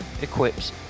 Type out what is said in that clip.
equips